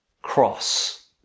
cross